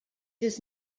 does